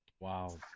Wow